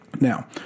Now